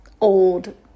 old